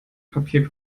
papier